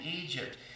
Egypt